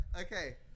Okay